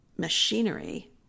machinery